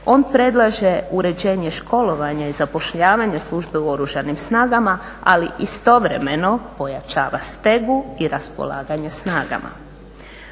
On predlaže uređenje školovanja i zapošljavanja u Oružanim snagama ali istovremeno pojačava stegu i raspolaganje snagama.